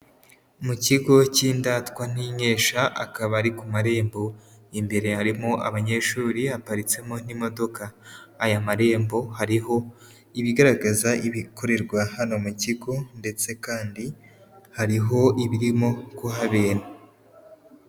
Mu Kigo cy'Indatwa n'Inkesha, akaba ari ku marembo, imbere harimo abanyeshuri, haparitsemo n'imodoka. Aya marembo hariho ibigaragaza ibikorerwa hano mu kigo ndetse kandi hariho ibirimo kuhabera.